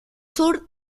sur